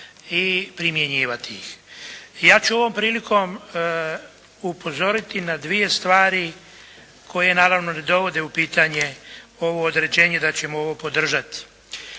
i primjenjivati. Ja ću ovom prilikom upozoriti na dvije stvari koje naravno ne dovode u pitanje ovo određenje da ćemo ovo podržati.